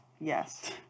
Yes